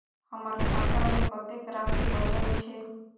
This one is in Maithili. हमर खाता में कतेक राशि बचल छे?